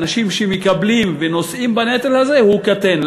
האנשים שמקבלים ונושאים בנטל הזה, הוא קטן.